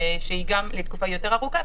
שהיא גם ל תקופה יותר ארוכה.